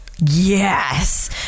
yes